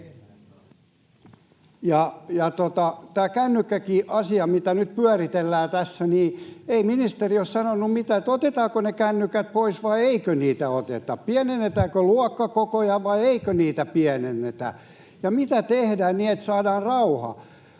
tämä kännykkäasia, mitä nyt pyöritellään tässä: Ei ministeri ole sanonut mitään siitä, että otetaanko ne kännykät pois vai eikö niitä oteta, pienennetäänkö luokkakokoja vai eikö niitä pienennetä ja mitä tehdään, niin että saadaan rauha.